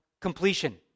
completion